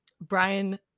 Brian